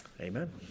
Amen